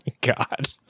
God